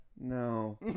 No